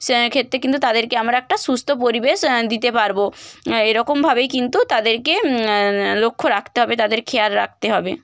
সে ক্ষেত্রে কিন্তু তাদেরকে আমরা একটা সুস্থ পরিবেশ দিতে পারব এরকমভাবেই কিন্তু তাদেরকে লক্ষ্য রাখতে হবে তাদের খেয়াল রাখতে হবে